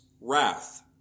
wrath